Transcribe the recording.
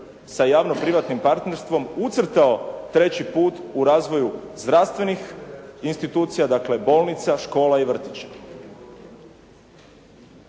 sa javno privatnim partnerstvo ucrtao treći put u razvoju zdravstvenih institucija, dakle bolnica, škola i vrtića.